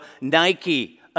Nike